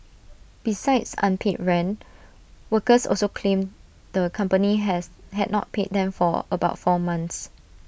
besides unpaid rent workers also claimed the company has had not paid them for about four months